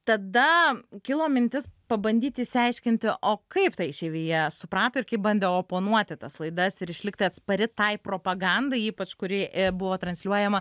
tada kilo mintis pabandyt išsiaiškinti o kaip ta išeivija suprato ir kaip bandė oponuoti tas laidas ir išlikti atspari tai propagandai ypač kuri buvo transliuojama